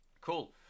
Cool